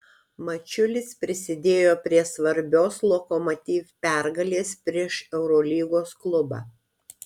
mačiulis prisidėjo prie svarbios lokomotiv pergalės prieš eurolygos klubą